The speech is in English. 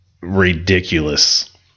ridiculous